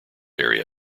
area